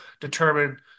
determine